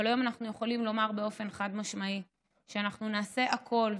אבל היום אנחנו יכולים לומר באופן חד-משמעי שאנחנו נעשה הכול,